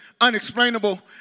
unexplainable